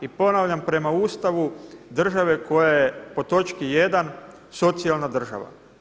I ponavljam prema Ustavu države koja je po točki 1. socijalna država.